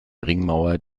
ringmauer